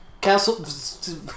Castle